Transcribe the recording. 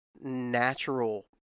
natural